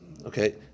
Okay